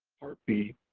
part b,